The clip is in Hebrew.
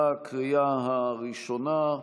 בקריאה הראשונה.